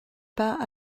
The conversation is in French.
pas